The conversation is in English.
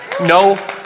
no